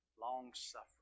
long-suffering